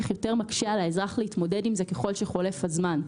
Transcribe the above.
כך יותר מקשה על האזרח להתמודד עם זה ככל שחולף הזמן.